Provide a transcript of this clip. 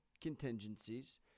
contingencies